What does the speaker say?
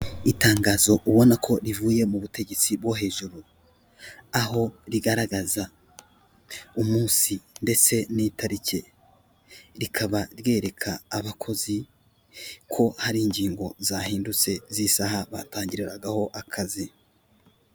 Itangazo ubona ko rivuye mu butegetsi bwo hejuru, aho rigaragaza umunsi ndetse n'itariki rikaba ryereka abakozi ko hari ingingo zahindutse z'isaha batangiriragaho akazi.